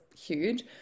huge